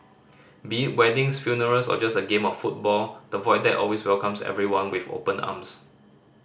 be weddings funerals or just a game of football the Void Deck always welcomes everyone with open arms